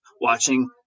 watching